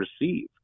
receive